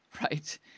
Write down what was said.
right